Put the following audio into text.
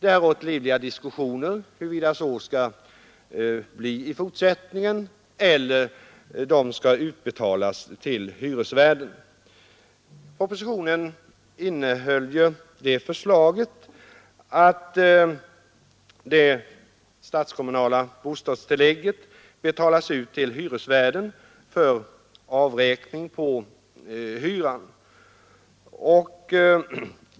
Det har rått livliga diskussioner om huruvida det skall vara så i fortsättningen också, eller om bostadsbidragen skall betalas ut till hyresvärden. Propositionens förslag på den punkten är att det statskommunala bostadstillägget skall betalas ut till hyresvärden för avräkning på hyran.